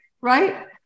Right